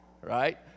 right